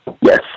Yes